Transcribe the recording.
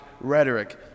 rhetoric